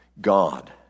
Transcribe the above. God